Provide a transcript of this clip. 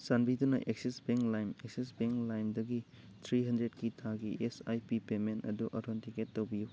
ꯆꯥꯟꯕꯤꯗꯨꯅ Axis Bank Lime Axis Bank ꯂꯥꯏꯝꯗꯒꯤ three ꯍꯟꯗ꯭ꯔꯦꯗꯀꯤ ꯊꯥꯒꯤ ꯑꯦꯁ ꯑꯥꯏ ꯄꯤ ꯄꯦꯃꯦꯟ ꯑꯗꯨ ꯑꯧꯊꯦꯟꯇꯤꯀꯦꯠ ꯇꯧꯕꯤꯎ